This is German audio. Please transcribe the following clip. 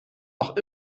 doch